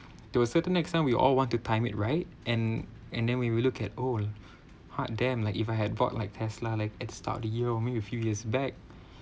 to a certain extent we all want to time it right and and then we will look at oh hot damn like that if I had bought like Tesla like at the start of the year or maybe a few years back